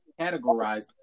categorized